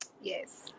Yes